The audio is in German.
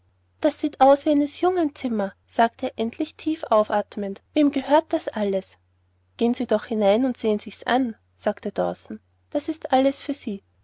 das sieht aus wie eines jungen zimmer sagte er endlich tief aufatmend wem gehört das alles gehen sie doch hinein und sehen sich's an sagte dawson das ist alles für sie